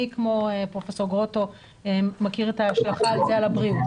מי כמו פרופ' גרוטו מכיר את ההשלכה של זה על הבריאות.